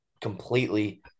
completely